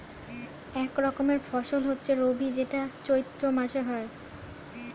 এক রকমের ফসল হচ্ছে রবি যেটা চৈত্র মাসে হয়